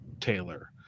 taylor